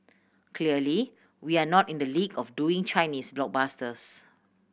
clearly we're not in the league of doing Chinese blockbusters